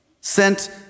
sent